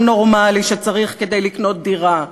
נורמלי שצריך כדי לקנות דירה ממוצעת.